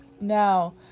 Now